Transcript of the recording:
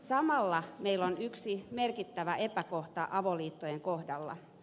samalla meillä on yksi merkittävä epäkohta avoliittojen kohdalla